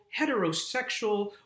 heterosexual